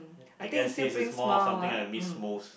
I guess this is more of something that I miss most